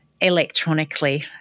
electronically